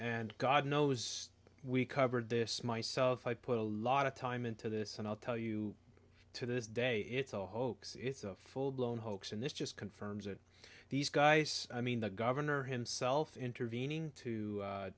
and god knows we covered this myself i put a lot of time into this and i'll tell you to this day it's a hoax it's a full blown hoax and this just confirms that these guys i mean the governor himself intervening to